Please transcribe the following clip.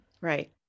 Right